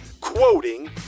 quoting